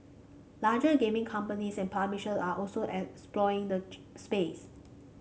larger gaming companies and publishers are also as exploring the space